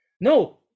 no